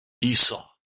Esau